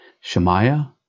Shemaiah